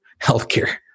healthcare